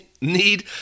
need